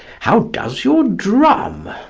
how does your drum?